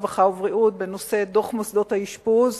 הרווחה והבריאות בנושא דוח מוסדות האשפוז.